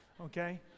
Okay